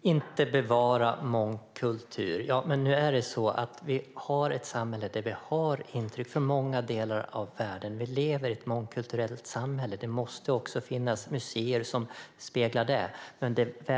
Herr talman! Inte bevara mångkultur, säger Sara-Lena Bjälkö. Men nu är det så att vi har ett samhälle med intryck från många delar av världen. Vi lever i ett mångkulturellt samhälle, och det måste också finnas museer som speglar det. Det